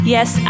Yes